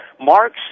Marx